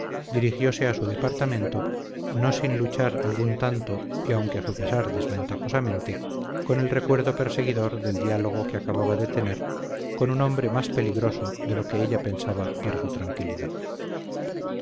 reprensible dirigióse a su departamento no sin luchar algún tanto y aunque a su pesar desventajosamente con el recuerdo perseguidor del diálogo que acababa de tener con un hombre más peligroso de lo que ella pensaba para su tranquilidad